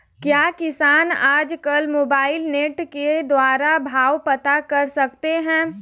क्या किसान आज कल मोबाइल नेट के द्वारा भाव पता कर सकते हैं?